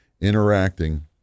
interacting